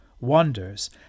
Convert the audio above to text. wonders